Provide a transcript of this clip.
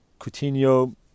Coutinho